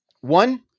One